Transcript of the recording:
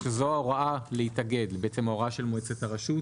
שזו ההוראה להתאגד ההוראה של מועצת הרשות